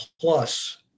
plus